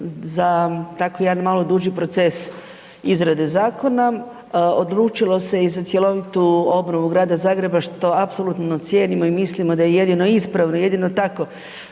za tako jedan malo duži proces izrade zakona, odlučilo se i za cjelovitu obnovu Grada Zagreba što apsolutno cijenimo i mislimo da je jedino ispravno i jedino tako